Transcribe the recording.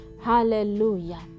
Hallelujah